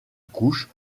couches